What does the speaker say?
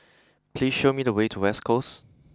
please show me the way to West Coast